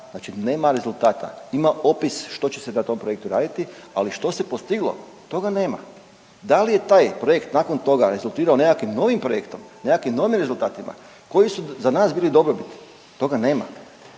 znači nema rezultata. Ima opis što će se na tom projektu raditi, ali što se postiglo toga nema. Da li je taj projekt nakon toga rezultirao nekakvim novim projektom, nekakvim novim rezultatima koji su za nas bili dobrobit toga nema.